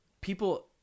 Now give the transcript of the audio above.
people